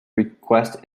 request